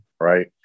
right